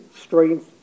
strength